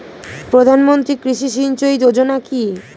প্রধানমন্ত্রী কৃষি সিঞ্চয়ী যোজনা কি?